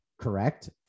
correct